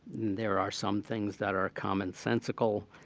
there are some things that are commonsensical,